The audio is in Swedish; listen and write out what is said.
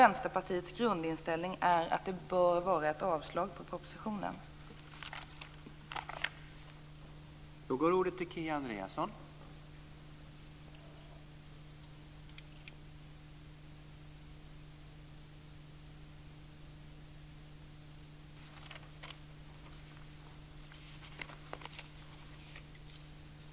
Vänsterpartiets grundinställning är nämligen att propositionen bör avslås.